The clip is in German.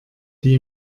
die